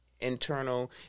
internal